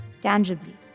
tangibly